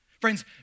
Friends